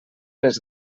les